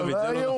דוד, זה לא נכון.